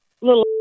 little